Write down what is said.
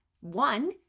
One